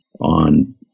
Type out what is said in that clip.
on